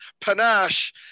panache